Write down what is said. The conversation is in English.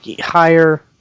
higher